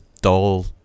dull